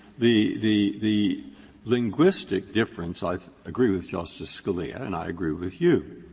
the the the linguistic difference, i agree with justice scalia and i agree with you,